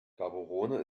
gaborone